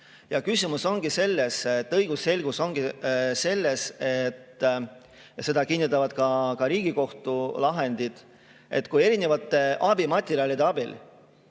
Küsimus ongi selles, õigusselgus ongi selles – seda kinnitavad ka Riigikohtu lahendid –, et kui erinevad abimaterjalid,